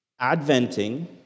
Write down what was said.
adventing